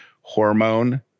hormone